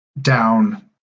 down